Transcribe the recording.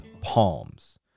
Palms